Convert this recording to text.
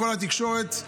בכל התקשורת.